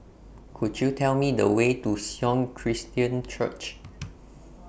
Could YOU Tell Me The Way to Sion Christian Church